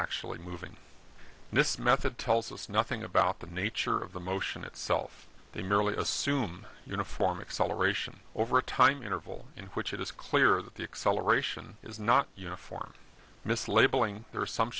actually moving this method tells us nothing about the nature of the motion itself they merely assume uniform acceleration over a time interval in which it is clear that the acceleration is not uniform mislabeling the